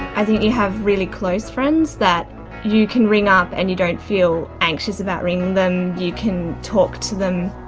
i think you have really close friends that you can ring up and you don't feel anxious about ringing them, you can talk to them,